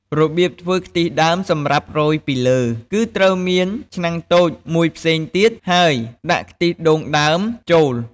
របៀបធ្វើខ្ទិះដើម សម្រាប់រោយពីលើ គឺត្រូវមានឆ្នាំងតូចមួយផ្សេងទៀត ហើយដាក់ខ្ទិះដូងដើម ចូល។